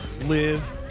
live